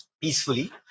peacefully